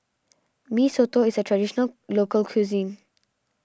Mee Soto is a Traditional Local Cuisine